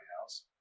house